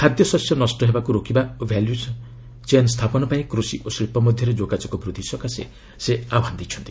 ଖାଦ୍ୟଶସ୍ୟ ନଷ୍ଟ ହେବାକୁ ରୋକିବା ଓ ଭାଲ୍ୟୁଚେନ ସ୍ଥାପନ ପାଇଁ କୃଷି ଓ ଶିଳ୍ପ ମଧ୍ୟରେ ଯୋଗାଯୋଗ ବୂଦ୍ଧି ସକାଶେ ସେ ଆହ୍ୱାନ ଦେଇଛନ୍ତି